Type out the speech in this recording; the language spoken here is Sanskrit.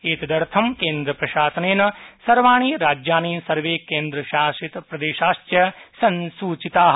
एतदर्थं केन्द्रशासनेन सर्वाणि राज्यानिसर्वे केन्द्रशासितप्रदेशाश्च संसूचितानि